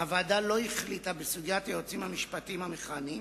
הוועדה לא החליטה בסוגיית היועצים המשפטיים המכהנים,